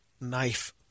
knife